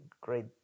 great